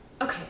Okay